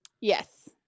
Yes